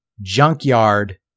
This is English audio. Junkyard